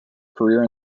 career